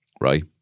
right